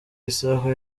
isaha